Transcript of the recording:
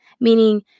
Meaning